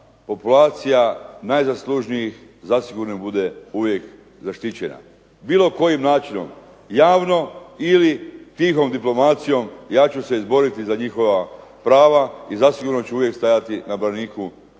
populacija najzaslužnijih zasigurno bude uvijek zaštićena. Bilo kojim načinom, javno ili tihom diplomacijom ja ću se izboriti za njihova prava, i zasigurno ću uvijek stajati na braniku i